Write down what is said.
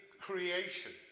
creation